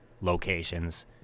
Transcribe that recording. locations